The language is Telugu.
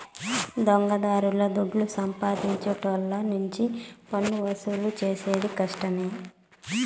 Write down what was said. దొంగదారుల దుడ్డు సంపాదించేటోళ్ళ నుంచి పన్నువసూలు చేసేది కష్టమే